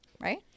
right